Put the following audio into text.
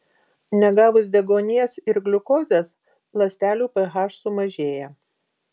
negavus deguonies ir gliukozės ląstelių ph sumažėja